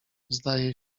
zdaje